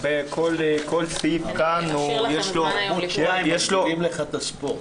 כל סעיף כאן ------ לך את הספורט,